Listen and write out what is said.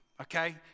okay